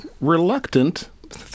Reluctant